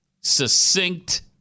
succinct